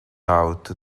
out